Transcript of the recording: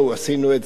עשינו את זה,